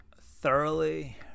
thoroughly